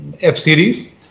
F-series